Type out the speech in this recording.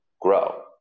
grow